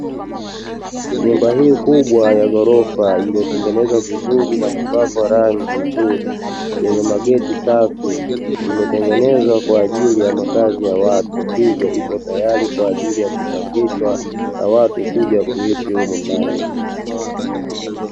Nyumba hii kubwa ya ghorofa iliyotengenezwa vizuri na kupakwa rangi nzuri yenye mageti safi imetengenezwa kwa ajili ya makazi ya watu, hivyo ipo tayari kwa ajili ya kupangishwa na watu kuja kuishi humu ndani.